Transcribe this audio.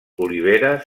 oliveres